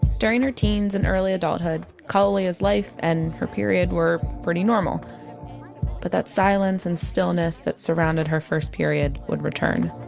during her teens and early adulthood, kalalea's life and her period were pretty normal but that silence and stillness that surrounded the her first period would return